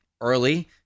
early